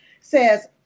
says